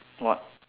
what